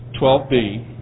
12B